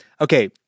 okay